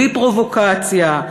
בלי פרובוקציה,